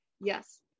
yes